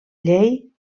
llei